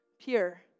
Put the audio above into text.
pure